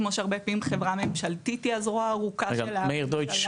כמו שהרבה פעם חברה ממשלתית היא הזרוע הארוכה של הממשלה.